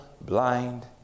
blind